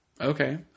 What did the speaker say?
Okay